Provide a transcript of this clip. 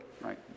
right